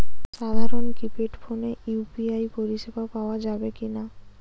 সাধারণ কিপেড ফোনে ইউ.পি.আই পরিসেবা পাওয়া যাবে কিনা?